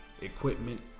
equipment